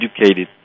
educated